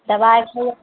दवाइ खैयौ